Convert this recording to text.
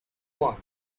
one